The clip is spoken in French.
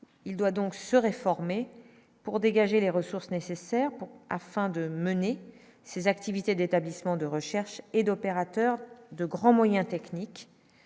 il doit donc se réformer pour dégager les ressources nécessaires pour afin de mener ses activités d'établissements de recherche et d'opérateurs de grands moyens techniques.